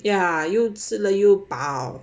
ya 又吃了又饱